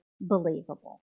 believable